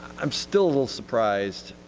i'm still a little surprised